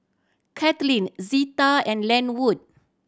Kaitlin Zita and Lenwood